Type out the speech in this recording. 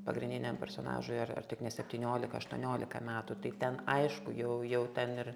pagrindiniam personažui ar ar tik ne septyniolika aštuoniolika metų tai ten aišku jau jau ten ir